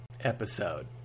episode